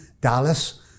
Dallas